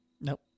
Nope